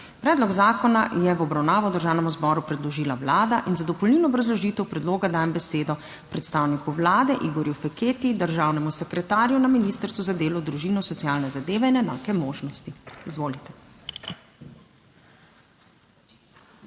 Predlog zakona je v obravnavo Državnemu zboru predložila Vlada in za dopolnilno obrazložitev predloga dajem besedo predstavniku Vlade, Igorju Feketiju. Državnemu sekretarju na Ministrstvu za delo, družino, socialne zadeve in enake možnosti. Izvolite.